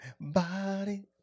Body